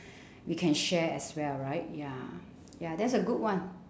we can share as well right ya ya that's a good one